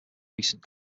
recent